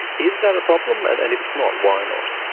is that a problem? and and if it's not, why not?